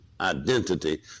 identity